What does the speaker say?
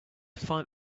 find